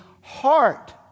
heart